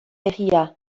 herria